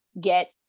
get